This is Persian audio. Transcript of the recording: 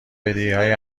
بدیهایی